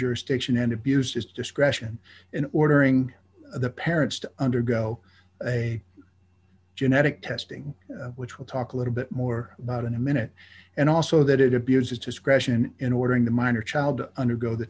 jurisdiction and abused his discretion in ordering the parents to undergo a genetic testing which we'll talk a little bit more about in a minute and also that it abuse his discretion in ordering the minor child to undergo the